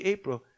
April